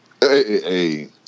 Hey